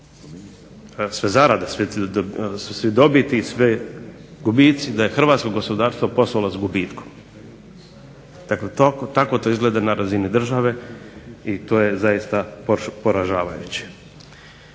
sve zarade, sve dobiti, svi gubici da je hrvatsko gospodarstvo poslovalo s gubitkom. Dakle, tako to izgleda na razini države i to je zaista poražavajuće.